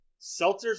seltzers